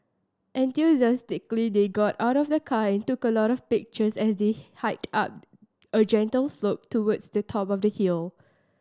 enthusiastically they got out of the car and took a lot of pictures as they hiked up a gentle slope towards the top of the hill